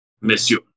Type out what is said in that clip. Monsieur